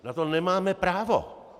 Na to nemáme právo.